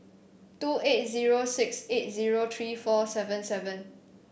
two eight zero six eight zero three four seven seven